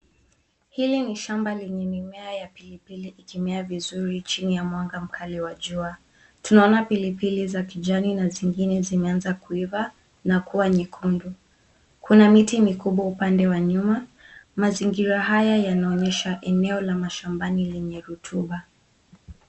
Hili ni shamba lenye mimea ya pilipili ikimea vizuri chini ya mwanga mkali wa jua. Tunaona pilipili za kijani na zingine zimeanza kuiva na kuwa nyekundu. Kuna miti mikubwa upande wa nyuma. Mazingira haya yanaonyesha eneo la mashambani lenye rutuba.